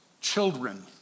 children